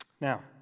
Now